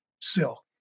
silk